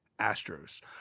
Astros